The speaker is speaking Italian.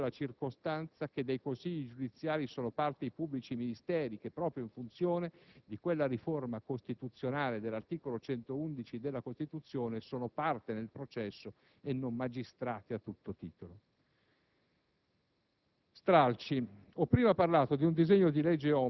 Nessuno - come si è detto - può smentire la circostanza che dei consigli giudiziari sono parte i pubblici ministeri, che proprio in funzione di quella riforma costituzionale dell'articolo 111 sono parte nel processo e non magistrati a tutto titolo.